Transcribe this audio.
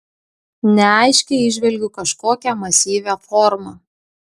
neaiškiai įžvelgiu kažkokią masyvią formą